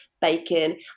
bacon